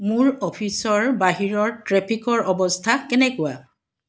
মোৰ অফিচৰ বাহিৰৰ ট্ৰেফিকৰ অৱস্থা কেনেকুৱা